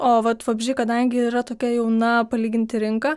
o vat vabzdžiai kadangi yra tokia jauna palyginti rinka